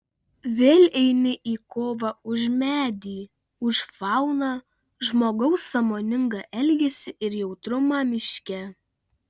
vėl eini į kovą už medį už fauną žmogaus sąmoningą elgesį ir jautrumą miške